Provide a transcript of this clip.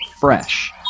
fresh